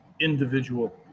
individual